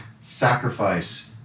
sacrifice